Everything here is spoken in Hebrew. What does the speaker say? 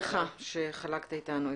תודה רבה לך שחלקת איתנו,